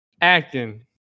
Acting